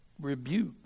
rebuke